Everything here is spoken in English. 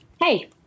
Hey